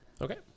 Okay